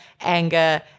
anger